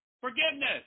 forgiveness